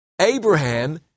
Abraham